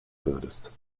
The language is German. würdest